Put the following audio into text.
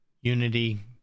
Unity